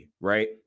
right